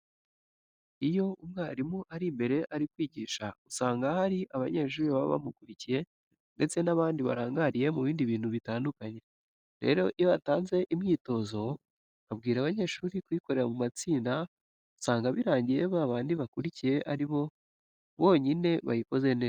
Iyo umwarimu ari imbere ari kwigisha usanga hari abanyeshuri baba bamukurikiye ndetse n'abandi barangariye mu bindi bintu bitandukanye. Rero iyo atanze imyitozo akabwira abanyeshuri kuyikorera mu matsinda usanga birangiye ba bandi bakurikiye ari bo bonyine bayikoze neza.